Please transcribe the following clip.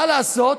מה לעשות,